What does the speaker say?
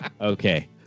Okay